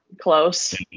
close